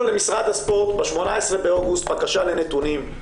למשרד הספורט ב-18 באוגוסט בקשה לנתונים,